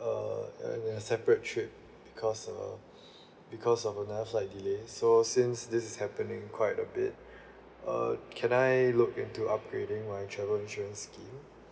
uh separate trip because uh because of another flight delay so since this is happening quite a bit uh can I look into upgrading my travel insurance scheme